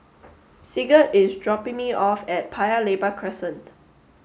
Sigurd is dropping me off at Paya Lebar Crescent